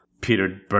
Peter